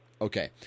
Okay